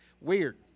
weird